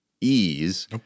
ease